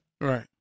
Right